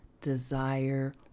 desire